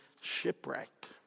shipwrecked